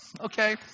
Okay